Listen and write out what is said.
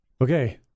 Okay